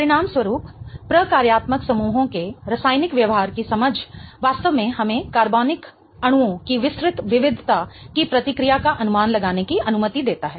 परिणामस्वरूप प्रकार्यात्मक समूहों के रासायनिक व्यवहार की समझ वास्तव में हमें कार्बनिक अणुओं की विस्तृत विविधता की प्रतिक्रिया का अनुमान लगाने की अनुमति देती है